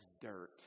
dirt